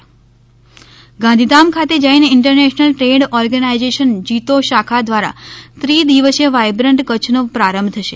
વા યબ્રન્ટ ક ચછ ગાંધીધામ ખાતે Jain international trade organisation JITO શાખા દ્વારા ત્રિદિવસીય વાઈબ્રન્ટ કચ્છનો પ્રારંભ થશે